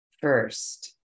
first